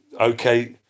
okay